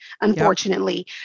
unfortunately